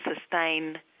sustain –